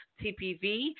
TPV